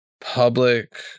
public